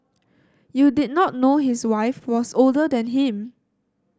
you did not know his wife was older than him